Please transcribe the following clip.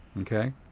Okay